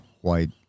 white